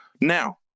Now